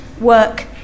work